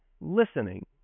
listening